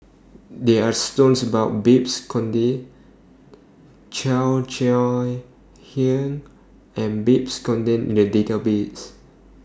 There Are stories about Babes Conde Cheo Chai Hiang and Babes Conde in The Database